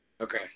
Okay